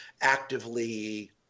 actively